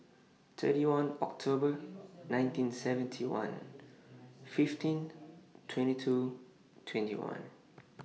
thirty one October nineteen seventy one fifteen twenty two twenty one